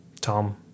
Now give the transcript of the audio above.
Tom